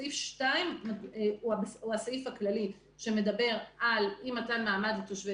סעיף 2 הוא הסעיף הכללי שמדבר על אי מתן מעמד לתושבי